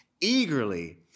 eagerly